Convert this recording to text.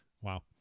Wow